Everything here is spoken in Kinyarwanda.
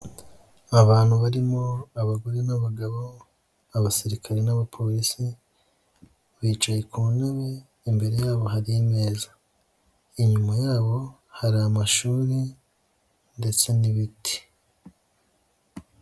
Abantu barimo abagore n'abagabo, abasirikare n'abapolisi, bicaye ku ntebe imbere yabo hari imeza, inyuma yabo hari amashuri ndetse n'ibiti.